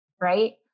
right